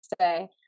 say